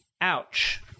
ouch